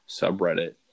subreddit